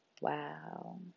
Wow